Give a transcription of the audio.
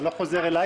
אתה לא חוזר אליי?